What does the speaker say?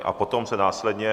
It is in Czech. A potom se následně...